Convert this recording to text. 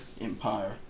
empire